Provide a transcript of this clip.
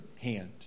hand